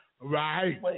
Right